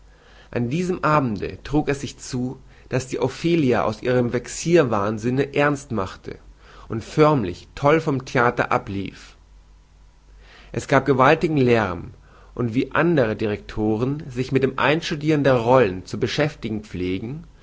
an diesem abende trug es sich zu daß die ophelia aus ihrem vexirwahnsinne ernst machte und förmlich toll vom theater ablief es gab gewaltigen lärm und wie andere direktoren sich mit dem einstudieren der rollen zu beschäftigen pflegen